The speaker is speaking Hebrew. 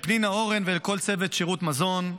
לפנינה אורן ולכל צוות שירות המזון,